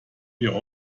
wir